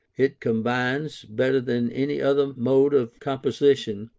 it combines, better than any other mode of composition,